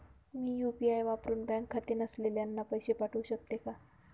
मी UPI वापरुन bank खाते नसलेल्यांना पैसे पाठवू शकते का?